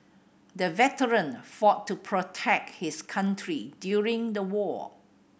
the veteran fought to protect his country during the war